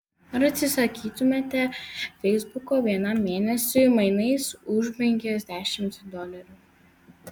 ar atsisakytumėte feisbuko vienam mėnesiui mainais už penkiasdešimt dolerių